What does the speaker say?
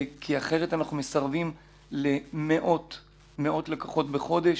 כי אחרת אנחנו מסרבים למאות לקוחות בחודש.